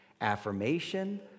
affirmation